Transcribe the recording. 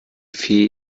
fee